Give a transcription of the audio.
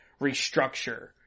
restructure